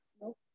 No